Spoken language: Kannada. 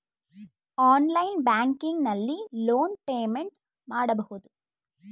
ಆನ್ಲೈನ್ ಬ್ಯಾಂಕಿಂಗ್ ನಲ್ಲಿ ಲೋನ್ ಪೇಮೆಂಟ್ ಮಾಡಬಹುದು